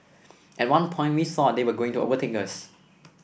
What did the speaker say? at one point we thought they were going to overtake us